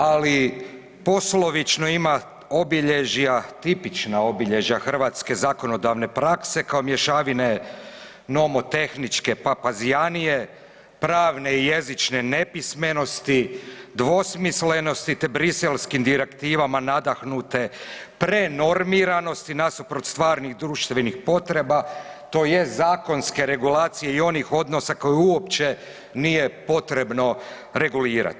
Ali poslovično ima obilježja tipična obilježja hrvatske zakonodavne prakse kao mješavine nomotehničke papazijanije, pravne i jezične nepismenosti, dvosmislenosti te briselskim direktivama nadahnute prenormiranosti nasuprot stvarnih društvenih potreba tj. zakonske regulacije i onih odnosa koje uopće nije potrebno regulirati?